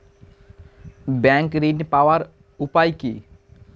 Bank ঋণ পাওয়ার উপায় কি?